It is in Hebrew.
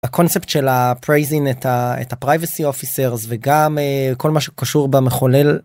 קונספט של הפרייזינג את ה privacy officer וגם כל מה שקשור במחולל.